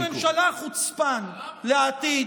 וראש ממשלה חוצפן לעתיד,